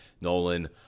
Nolan